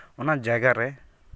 ᱚᱱᱟ ᱡᱟᱭᱜᱟ ᱨᱮ